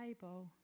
table